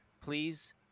Please